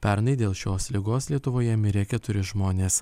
pernai dėl šios ligos lietuvoje mirė keturi žmonės